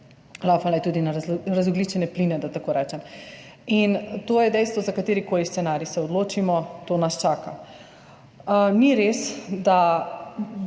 laufale tudi na razogljičene pline, da tako rečem. To je dejstvo, za katerikoli scenarij se odločimo, to nas čaka. Ni res, ko